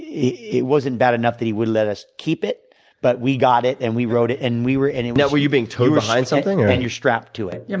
yeah it wasn't bad enough that he wouldn't let us keep it but we got it and we rode it and we were in now, were you being towed behind something or and you're strapped to it.